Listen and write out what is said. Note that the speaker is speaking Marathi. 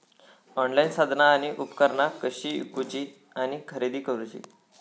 ऑनलाईन साधना आणि उपकरणा कशी ईकूची आणि खरेदी करुची?